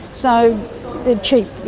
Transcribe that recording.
so they're cheap,